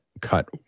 cut